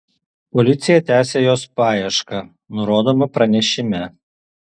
policija tęsią jos paiešką nurodoma pranešime